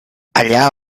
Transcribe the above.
allà